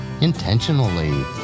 intentionally